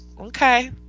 okay